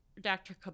Dr